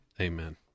Amen